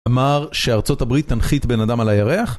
אמר שארצות הברית תנחית בן אדם על הירח?